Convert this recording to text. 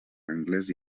angles